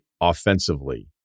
offensively